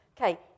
Okay